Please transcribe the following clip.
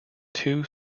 two